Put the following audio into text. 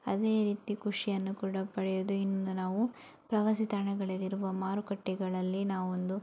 ಅದೇ ರೀತಿ ಖುಷಿಯನ್ನು ಕೂಡ ಪಡೆಯುವುದು ಇನ್ನು ನಾವು ಪ್ರವಾಸಿ ತಾಣಗಳಲ್ಲಿರುವ ಮಾರುಕಟ್ಟೆಗಳಲ್ಲಿ ನಾವೊಂದು